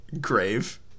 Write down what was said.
grave